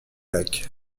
lac